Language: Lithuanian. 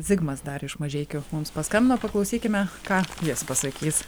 zigmas dar iš mažeikių mums paskambino paklausykime ką jis pasakys